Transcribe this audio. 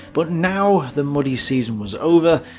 but now, the muddy season was over,